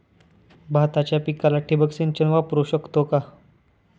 भाताच्या पिकाला ठिबक सिंचन वापरू शकतो का?